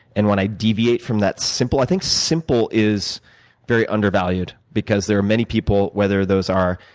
and when i deviate from that simple i think simple is very undervalued because there are many people, whether those are,